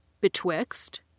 betwixt